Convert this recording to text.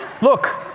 Look